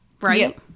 Right